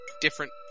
different